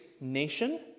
nation